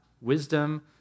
wisdom